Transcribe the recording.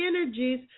energies